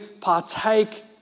partake